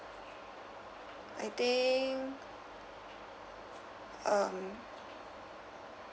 I think um